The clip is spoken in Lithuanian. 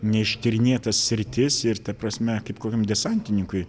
neištyrinėtas sritis ir ta prasme kaip kokiam desantininkui